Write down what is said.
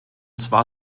zwar